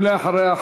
ואחריה,